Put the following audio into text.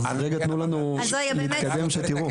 אז רגע תנו לנו להתקדם שתראו.